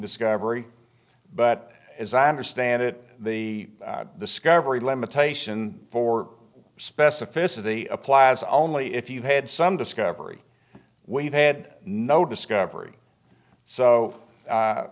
discovery but as i understand it the sky every limitation for specificity applies only if you had some discovery we've had no discovery so